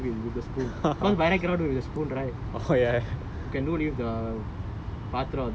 then I was like I wanted to like go up to the higher why is he doing it with the spoon because by right cannot do it with the spoon right